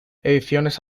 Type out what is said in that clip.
ediciones